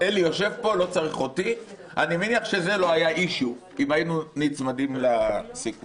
אני מניח שזה לא היה אישו אם היינו נצמדים לסיכום.